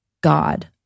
God